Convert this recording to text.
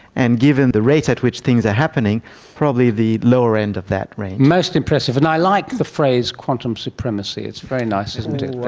and given the rate at which things are happening probably the lower end of that range. most impressive. and i like the phrase quantum supremacy, it's very nice isn't it.